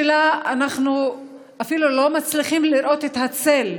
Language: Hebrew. ואנחנו אפילו לא מצליחים לראות את הצל,